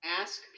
ask